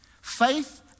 Faith